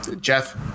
Jeff